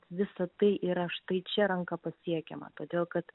visa tai yra štai čia ranka pasiekiama todėl kad